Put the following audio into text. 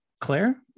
Claire